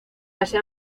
hace